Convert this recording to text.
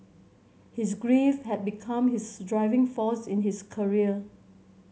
his grief had become his driving force in his career